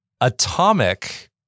Atomic